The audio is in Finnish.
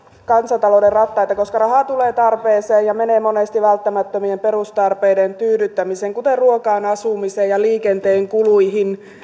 kansantalouden rattaita koska raha tulee tarpeeseen ja menee monesti välttämättömien perustarpeiden tyydyttämiseen kuten ruokaan asumiseen ja liikenteen kuluihin